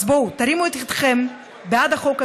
אז בואו, תרימו את ידכם בעד החוק הזה.